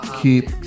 keep